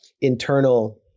internal